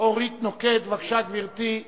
אורית נוקד, בבקשה, גברתי.